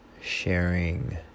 sharing